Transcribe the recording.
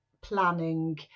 planning